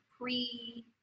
pre